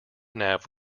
nav